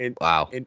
Wow